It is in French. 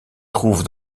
trouve